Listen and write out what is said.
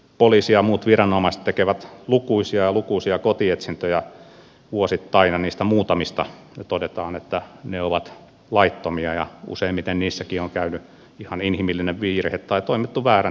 poliisi ja muut viranomaiset tekevät lukuisia ja lukuisia kotietsintöjä vuosittain ja niistä muutamista todetaan että ne ovat laittomia ja useimmiten niissäkin on käynyt ihan inhimillinen virhe tai on toimittu väärän tiedon valossa